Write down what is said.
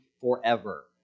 forever